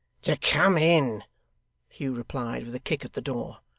to come in hugh replied, with a kick at the door.